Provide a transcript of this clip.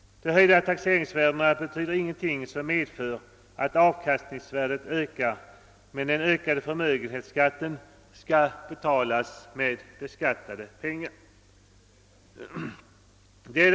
De höjda taxeringsvärdena betyder ingenting som medför att avkastningsvärdet ökar, men den ökade förmögenhetsskatten skall betalas med beskattade pengar.